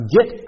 Get